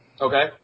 okay